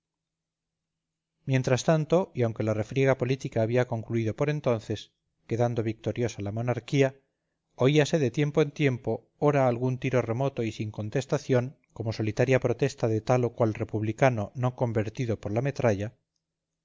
mientras tanto y aunque la refriega política había concluido por entonces quedando victoriosa la monarquía oíase de tiempo en tiempo ora algún tiro remoto y sin contestación como solitaria protesta de tal o cual republicano no convertido por la metralla